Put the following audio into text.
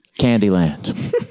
Candyland